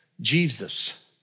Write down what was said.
Jesus